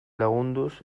lagunduz